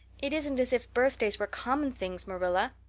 it isn't as if birthdays were common things, marilla.